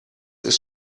ist